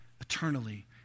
eternally